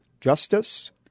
justice